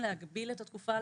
להגביל את התקופה,